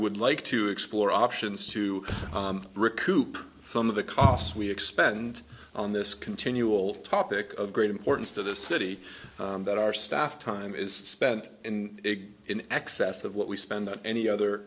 would like to explore options to recoup some of the costs we expend on this continual topic of great importance to the city that our staff time is spent in big in excess of what we spend on any other